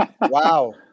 Wow